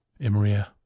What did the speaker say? Imria